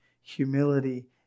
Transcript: humility